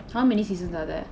how many seasons are there